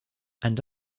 and